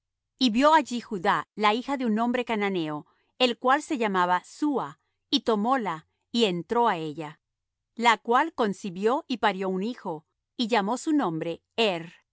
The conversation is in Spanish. y vió allí judá la hija de un hombre cananeo el cual se llamaba súa y tomóla y entró á ella la cual concibió y parió un hijo y llamó su nombre er